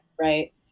right